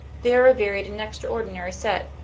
they are a varied and extraordinary set.